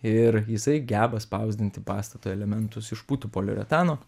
ir jisai geba spausdinti pastato elementus iš putų poliuretano